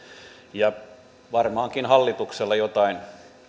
ja varmaankin hallituksella jotain